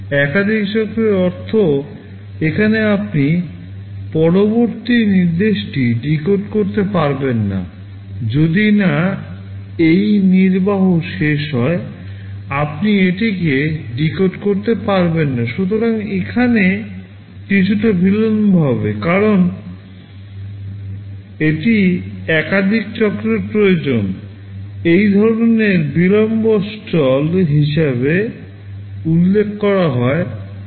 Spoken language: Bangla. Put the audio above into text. একাধিক চক্রের অর্থ এখানে আপনি পরবর্তী নির্দেশটি ডিকোড করতে পারবেন না যদি না এই নির্বাহ শেষ হয় আপনি এটিকে ডিকোড বলি